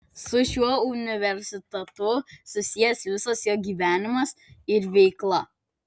su šiuo universitetu susijęs visas jo gyvenimas ir veikla